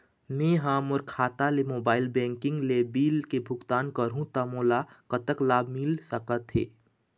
मैं हा मोर खाता ले मोबाइल बैंकिंग ले बिल के भुगतान करहूं ता मोला कतक लाभ मिल सका थे?